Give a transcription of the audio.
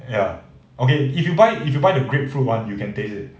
ya okay if you buy if you buy the grapefruit one you can taste it